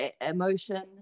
emotion